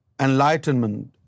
enlightenment